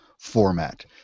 format